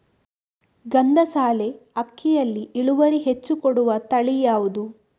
ಗಂಧಸಾಲೆ ಅಕ್ಕಿಯಲ್ಲಿ ಇಳುವರಿ ಹೆಚ್ಚು ಕೊಡುವ ತಳಿ ಯಾವುದು?